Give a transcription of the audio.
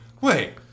Wait